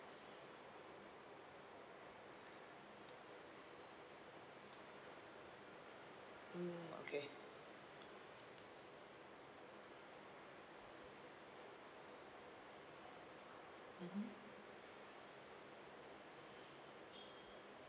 mm okay mmhmm